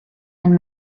den